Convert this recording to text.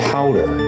Powder